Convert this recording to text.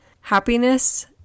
Happiness